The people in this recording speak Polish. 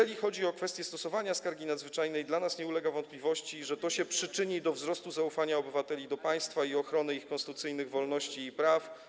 Jeżeli chodzi o kwestię stosowania skargi nadzwyczajnej, dla nas nie ulega wątpliwości, że przyczyni się to do wzrostu zaufania obywateli do państwa i ochrony ich konstytucyjnych wolności i praw.